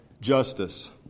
justice